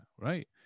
right